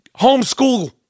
homeschool